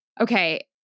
Okay